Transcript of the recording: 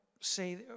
say